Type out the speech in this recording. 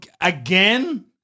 again